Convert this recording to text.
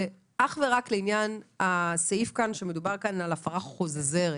זה אך ורק לעניין הסעיף המדובר כאן על הפרה חוזרת.